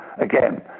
again